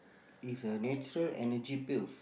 is a natural energy pills